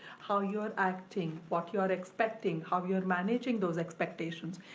how you're acting, what you're expecting, how you're managing those expectations.